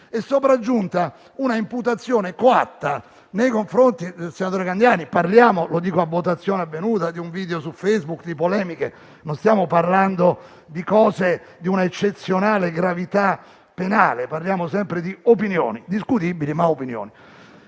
è sopraggiunta una imputazione coatta nei confronti del senatore Candiani. Parliamo - lo dico a votazione avvenuta - di un video su Facebook e di polemiche; non stiamo parlando di cose di una eccezionale gravità penale, parliamo sempre di opinioni (discutibili, ma opinioni).